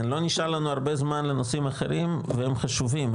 לא נשאר לנו הרבה זמן לנושאים האחרים אבל הם חשובים,